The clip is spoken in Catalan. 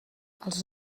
els